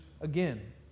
again